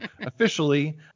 officially